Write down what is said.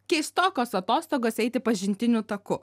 keistokos atostogas eiti pažintiniu taku